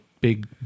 big